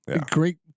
Great